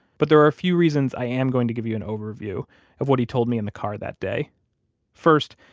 but there are a few reasons i am going to give you an overview of what he told me in the car that day first,